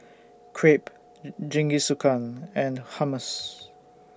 Crepe Jingisukan and Hummus